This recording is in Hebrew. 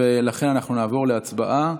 לכן אנחנו נעבור להצבעה.